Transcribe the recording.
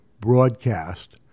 broadcast